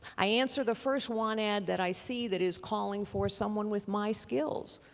i answer the first want ad that i see that is calling for someone with my skills.